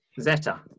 Zeta